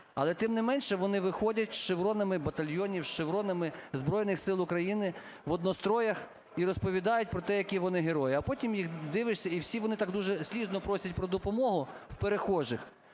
Але, тим не менше, вони виходять з шевронами батальйонів, з шевронами Збройних Сил України в одностроях і розповідають про те, які вони герої, а потім їх дивишся - і всі вони так дуже слізно просять про допомогу в перехожих,